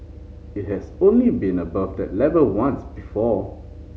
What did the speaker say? it has only been above that level once before